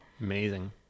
Amazing